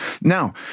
Now